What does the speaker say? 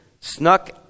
snuck